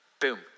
boom